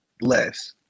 less